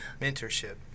mentorship